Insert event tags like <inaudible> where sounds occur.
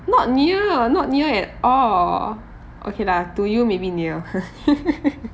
not near not near at all okay lah to you maybe near <laughs>